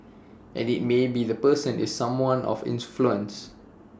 and maybe the person is someone of influence